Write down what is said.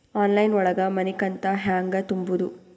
Online ಒಳಗ ಮನಿಕಂತ ಹ್ಯಾಂಗ ತುಂಬುದು?